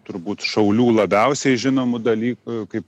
turbūt šaulių labiausiai žinomų dalykų kaip